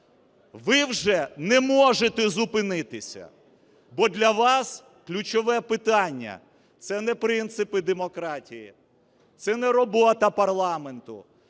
Ви вже не можете зупинитися, бо для вас ключове питання – це не принципи демократії, це не робота парламенту,